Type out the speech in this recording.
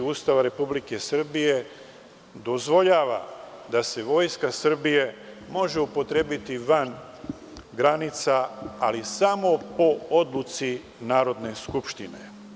Ustava Republike Srbije dozvoljava da se Vojska Srbije može upotrebiti van granica, ali samo po odluci Narodne skupštine.